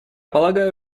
полагаю